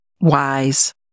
Wise